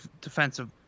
defensive